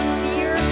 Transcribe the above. fear